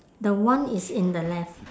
the one is in the left